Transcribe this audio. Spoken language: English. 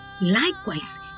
Likewise